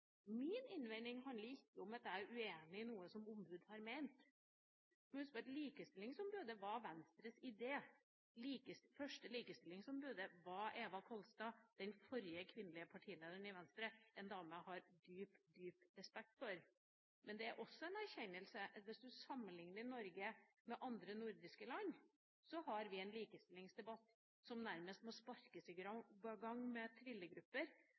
Min innvending handler ikke om at jeg er uenig i noe som ombudet har ment. Vi må huske på at likestillingsombudet var Venstres idé. Det første likestillingsombudet var Eva Kolstad – den forrige kvinnelige partilederen i Venstre – en dame jeg har dyp respekt for. Det er også en erkjennelse, at hvis du sammenlikner Norge med andre nordiske land, har vi en likestillingsdebatt som for å få den opp, nærmest må sparkes i gang med trillegrupper,